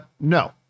No